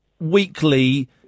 weekly